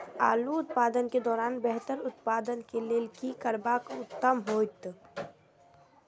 आलू उत्पादन के दौरान बेहतर उत्पादन के लेल की करबाक उत्तम होयत?